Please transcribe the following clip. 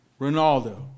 Ronaldo